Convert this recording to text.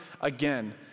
again